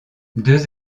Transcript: deux